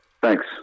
Thanks